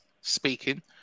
speaking